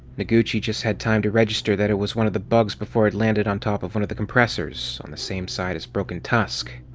noguchi just had time to register that it was one of the bugs before it landed on top of one of the compressors, on the same side as broken tusk.